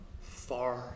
far